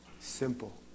Simple